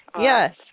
Yes